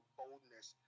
boldness